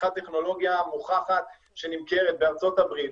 פיתחה טכנולוגיה מוכחת שנמכרת בארצות הברית,